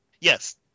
Yes